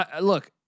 Look